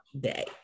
day